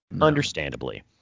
understandably